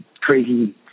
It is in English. crazy